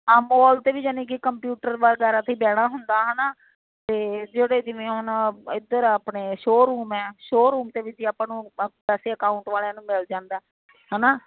ਹਾਂ ਮੋਲ ਤੇ ਵੀ ਯਾਨੀ ਕਿ ਕੰਪਿਊਟਰ ਵਗੈਰਾ 'ਤੇ ਹੀ ਬਹਿਣਾ ਹੁੰਦਾ ਹੈ ਨਾ ਅਤੇ ਜਿਹੜੇ ਜਿਵੇਂ ਹੁਣ ਇੱਧਰ ਆਪਣੇ ਸ਼ੋਰੂਮ ਹੈ ਸ਼ੋਰੂਮ ਦੇ ਵਿੱਚ ਹੀ ਆਪਾਂ ਨੂੰ ਵੈਸੇ ਅਕਾਊਂਟ ਵਾਲਿਆਂ ਨੂੰ ਮਿਲ ਜਾਂਦਾ ਹੈ ਨਾ